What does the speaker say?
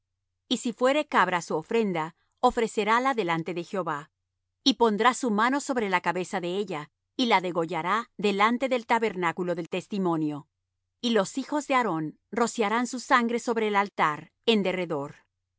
y si fuere cabra su ofrenda ofrecerála delante de jehová y pondrá su mano sobre la cabeza de ella y la degollará delante del tabernáculo del testimonio y los hijos de aarón rociarán su sangre sobre el altar